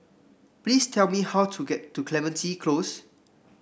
please tell me how to get to Clementi Close